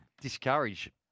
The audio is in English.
discourage